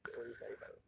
you only studied bio